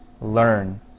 learn